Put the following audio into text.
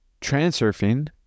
Transurfing